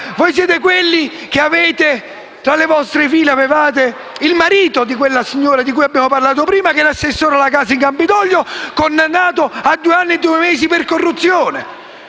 Voi siete quelli che avevano tra le loro fila il marito della signora di cui abbiamo parlato prima, che è l'assessore con la casa in Campidoglio, condannato a due anni e due mesi per corruzione.